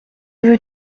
veux